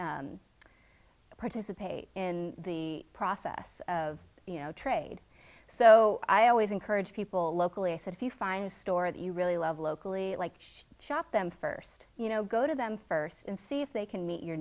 i participate in the process of trade so i always encourage people locally i said if you find a store that you really love locally like shop them first you know go to them first and see if they can meet your